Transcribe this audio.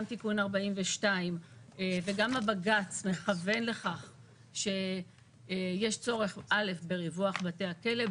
גם תיקון 42 וגם הבג"ץ מכוון לכך שיש צורך בריווח בתי הכלא,